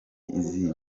izihe